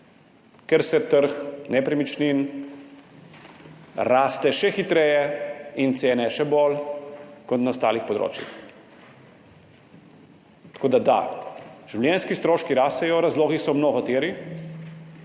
ker trg nepremičnin raste še hitreje in prav tako cene, še bolj kot na ostalih področjih. Da, življenjski stroški rastejo, razlogi so mnogoteri.